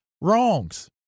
wrongs